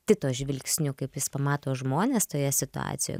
tito žvilgsniu kaip jis pamato žmones toje situacijoj